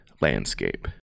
landscape